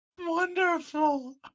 Wonderful